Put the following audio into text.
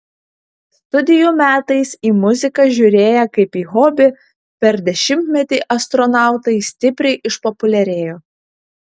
studijų metais į muziką žiūrėję kaip į hobį per dešimtmetį astronautai stipriai išpopuliarėjo